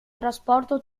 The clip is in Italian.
trasporto